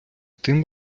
тим